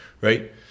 right